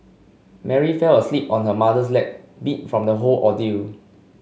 Mary fell asleep on her mother's lap beat from the whole ordeal